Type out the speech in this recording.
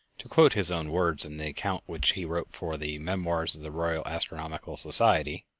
to quote his own words in the account which he wrote for the memoirs of the royal astronomical society